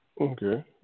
Okay